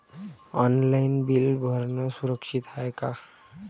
Online bill भरनं सुरक्षित हाय का?